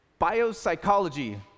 biopsychology